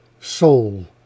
soul